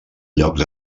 llocs